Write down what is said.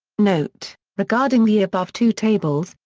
note regarding the above two tables,